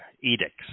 edicts